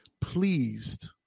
pleased